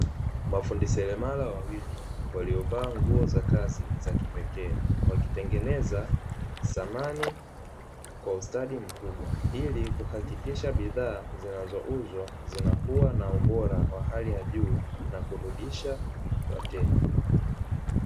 Mafundi seremala wawili waliovaa nguo za kazi za kipekee, wakitengeneza samani kwa ustadi mkubwa ili kuhakikisha bidhaa zinazouzwa zinakuwa na ubora wa hali ya juu na kurudisha wateja.